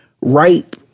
ripe